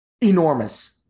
enormous